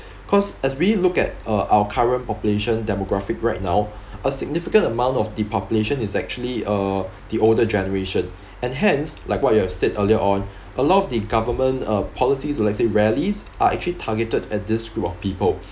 cause as we look at uh our current population demographic right now a significant amount of the population is actually uh the older generation and hence like what you have said earlier on a lot of the government uh policies let's say rallies are actually targeted at this group of people